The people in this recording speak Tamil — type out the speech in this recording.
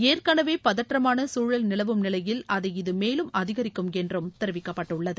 ஏற்கெனவே பதற்றமான சூழல் நிலவும் நிலையில் அதை இது மேலும் அதிகரிக்கும் என்றும் தெரிவிக்கப்பட்டுள்ளது